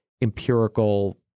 empirical